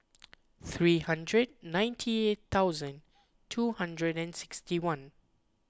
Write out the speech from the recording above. three hundred and ninety eight thousand two hundred and sixty one